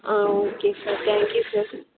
ah okay sir thank you sir